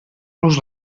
los